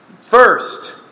first